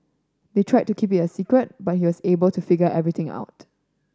they tried to keep it a secret but he was able to figure everything out